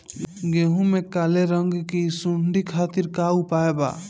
गेहूँ में काले रंग की सूड़ी खातिर का उपाय बा?